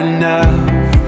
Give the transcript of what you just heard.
enough